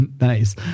nice